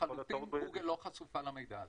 לחלוטין גוגל לא חשופה למידע הזה.